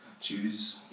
choose